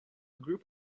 group